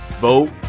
vote